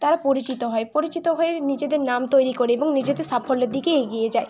তারা পরিচিত হয় পরিচিত হয়ে নিজেদের নাম তৈরি করে এবং নিজেদের সাফল্যের দিকে এগিয়ে যায়